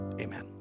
amen